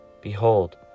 behold